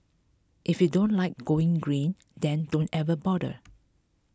if you don't like going green then don't even bother